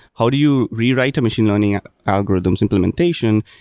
how do you rewrite a machine learning algorithm's implementation,